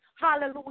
Hallelujah